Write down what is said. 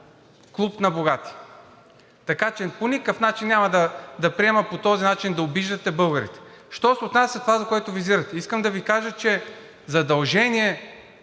клуб на богатите. Така че по никакъв начин няма да приема по този начин да обиждате българите. Що се отнася до това, което визирате, искам да Ви кажа, че задължение